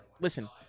listen